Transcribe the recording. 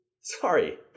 Sorry